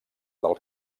del